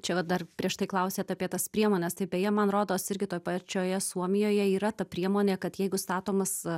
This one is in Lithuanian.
čia va dar prieš tai klausėt apie tas priemones tai beje man rodos irgi toj pačioje suomijoje yra ta priemonė kad jeigu statomas